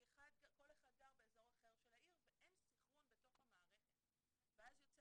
כי כל אחד גר באזור אחר של העיר ואין סנכרון בתוך המערכת ואז יוצא